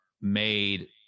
made